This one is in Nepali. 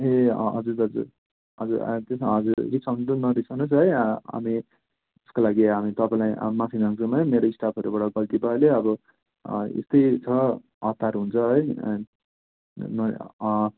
ए हजुर दाजु हजुर हजुर रिसाउनु चाहिँ नरिसाउनुहोस् है हामी त्यसको लागि हामी तपाईँलाई माफी माग्छौँ है मेरो स्टाफहरूबाट गल्ती भइहाल्यो अब यस्तै छ हतार हुन्छ होइन